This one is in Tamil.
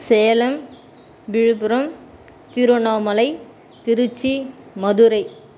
சேலம் விழுப்புரம் திருவண்ணாமலை திருச்சி மதுரை